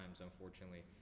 unfortunately